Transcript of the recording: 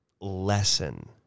lesson